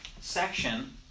section